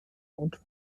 und